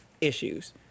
issues